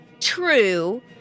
true